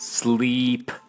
Sleep